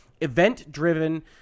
event-driven